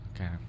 Okay